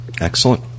Excellent